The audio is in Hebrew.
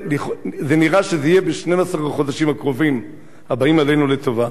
זה נראה שזה יהיה ב-12 החודשים הקרובים הבאים עלינו לטובה.